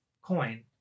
coin